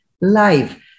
live